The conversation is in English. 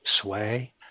sway